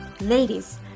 Ladies